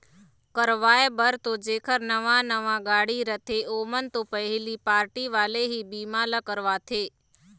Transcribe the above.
करवाय बर तो जेखर नवा नवा गाड़ी रथे ओमन तो पहिली पारटी वाले ही बीमा ल करवाथे